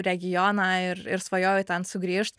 regioną ir ir svajoju ten sugrįžt